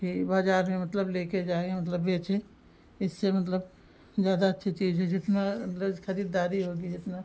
कि बाज़ार में मतलब लेकर जाएँ और मतलब बेचें इससे मतलब ज़्यादा अच्छी चीज़ है जितना मतलब जैसे खरीददारी होगी जितना